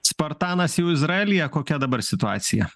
spartanas jau izraelyje kokia dabar situacija